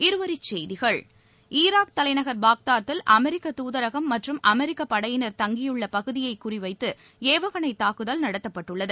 இருவரிச்செய்திகள் ஈராக் தலைநகர் பாக்தாதில் அமெரிக்க தூதரகம் மற்றும் அமெரிக்கப் படையினர் தங்கியுள்ள பகுதியை குறிவைத்து ஏவுகணை தாக்குதல் நடத்தப்பட்டுள்ளது